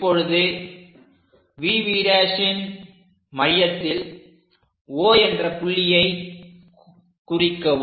இப்பொழுது VVன் மையத்தில் O என்ற புள்ளியை குறிக்கவும்